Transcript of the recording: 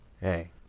hey